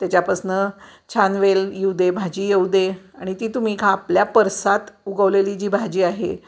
त्याच्यापासून छान वेल येऊ दे भाजी येऊ दे आणि ती तुम्ही खा आपल्या परसात उगवलेली जी भाजी आहे